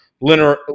linear